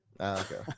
okay